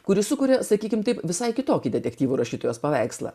kuri sukuria sakykime taip visai kitokį detektyvų rašytojos paveikslą